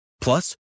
Plus